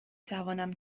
توانم